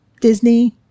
disney